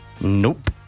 Nope